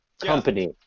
company